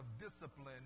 discipline